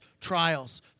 trials